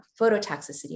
phototoxicity